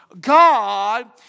God